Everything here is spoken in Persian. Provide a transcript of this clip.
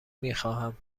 میخواهم